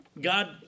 God